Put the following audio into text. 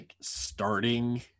starting